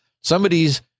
somebody's